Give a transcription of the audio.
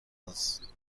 است